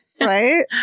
Right